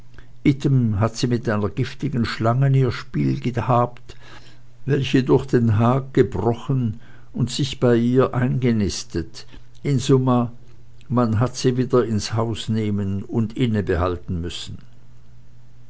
hat sie mit einer giftigen schlangen ihr spiel gehabt welche durch den hag gebrochen und sich bei ihr eingenistet in summa man hat sie wieder ins haus nemen und inne behalten müssen